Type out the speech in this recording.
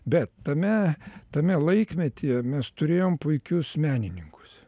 bet tame tame laikmetyje mes turėjome puikius menininkus